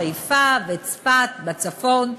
חיפה וצפת בצפון,